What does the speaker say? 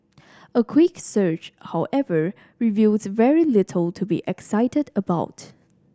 a quick search however reveals very little to be excited about